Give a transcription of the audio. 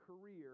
career